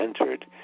entered